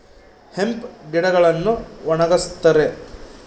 hemp ಗಿಡಗಳನ್ನು ಒಣಗಸ್ತರೆ